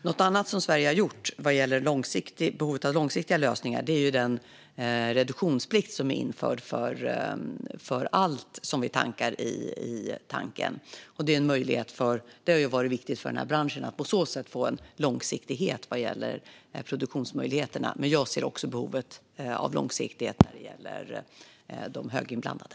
Något annat som Sverige har gjort vad gäller behovet av långsiktiga lösningar är den reduktionsplikt som är införd för allt som vi tankar i tanken. Det har varit viktigt för branschen att på så sätt få en långsiktighet vad gäller produktionsmöjligheterna. Men jag ser också behovet av långsiktighet när det gäller de höginblandade.